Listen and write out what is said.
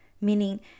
meaning